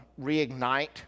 reignite